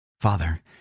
Father